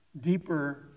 deeper